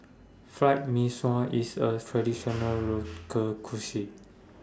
Fried Mee Sua IS A Traditional Local Cuisine